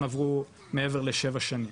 הם עברו מעבר לשבע שנים.